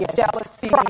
jealousy